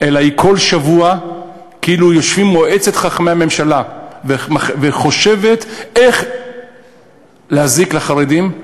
אלא כל שבוע כאילו יושבת מועצת חכמי הממשלה וחושבת איך להזיק לחרדים,